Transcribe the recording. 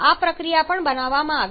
પ્રક્રિયા પણ બતાવવામાં આવી છે